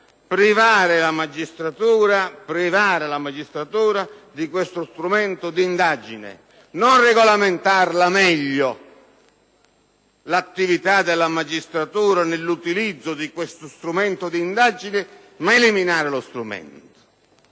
privare la magistratura di questo strumento di indagine. Non regolamentare meglio l'attività della magistratura nell'utilizzo di tale strumento d'indagine, ma eliminarlo.